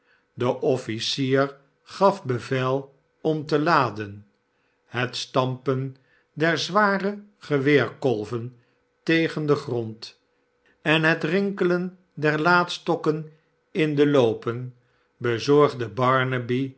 de offieier gaf bevel om te laden het stampen der zware geweerkolven tegen den grond en het rinkelen der laadstokken in de loopen bezorgde